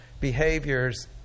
behaviors